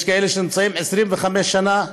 יש כאלה שנמצאים 25 שנה,